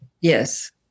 Yes